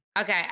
Okay